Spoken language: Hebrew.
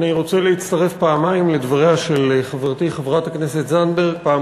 אני רוצה להצטרף פעמיים לדבריה של חברתי חברת הכנסת זנדברג: פעם